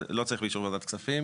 לא צריך באישור וועדת הכספים,